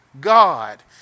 God